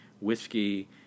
whiskey